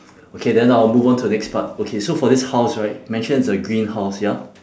okay then I will move on to the next part okay so for this house right mention is a green house ya